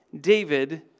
David